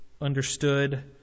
understood